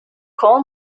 coal